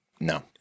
No